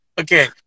Okay